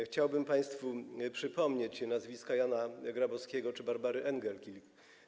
Chciałbym państwu przypomnieć nazwiska Jana Grabowskiego czy Barbary Engelking.